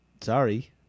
sorry